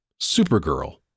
Supergirl